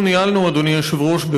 אדוני היושב-ראש,